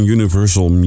Universal